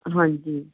ਹਾਂਜੀ